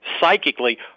psychically